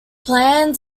plans